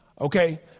Okay